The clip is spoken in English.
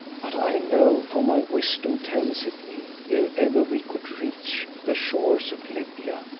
but i know, for my wisdom tells it me, ere ever we could reach the shores of libya,